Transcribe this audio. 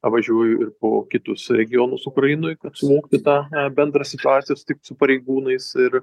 važiuoju ir po kitus regionus ukrainoj kad suvokti tą bendrą situaciją susitikt su pareigūnais ir